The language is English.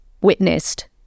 witnessed